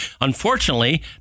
Unfortunately